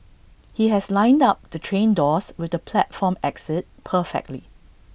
he has lined up the train doors with the platform exit perfectly